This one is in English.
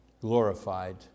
glorified